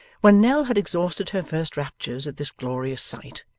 when nell had exhausted her first raptures at this glorious sight,